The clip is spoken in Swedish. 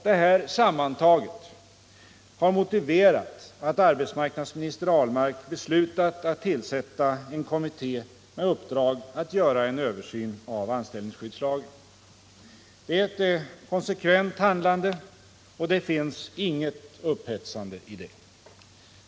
Detta sammantaget har motiverat att arbetsmarknadsminister Ahlmark beslutat tillsätta en kommitté med uppgift att göra en översyn av anställningsskyddslagen. Det är ett konsekvent handlande, och det finns inget upphetsande i det.